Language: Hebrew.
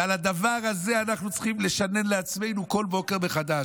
ואת הדבר הזה אנחנו צריכים לשנן לעצמנו כל בוקר מחדש.